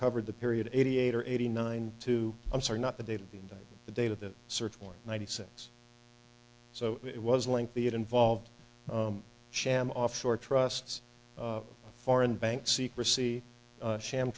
covered the period eighty eight or eighty nine to i'm sorry not the date of the date of the search for ninety six so it was a lengthy it involved sham offshore trusts foreign bank secrecy sham